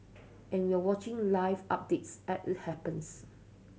and we're watching live updates as it happens